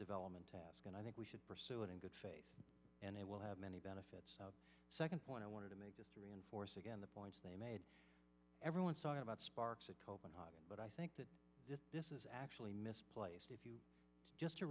development task and i think we should pursue it in good faith and it will have many benefits the second point i wanted to make just to reinforce again the points they made everyone saw about sparks at copenhagen but i think that this is actually misplaced if you just to